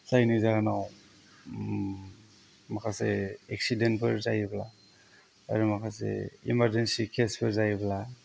जायनि जाहोनाव माखासे एक्सिडेन्टफोर जायोब्ला आरो माखासे इमार्जेन्सि केसफोर जायोब्ला